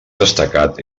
destacat